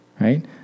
right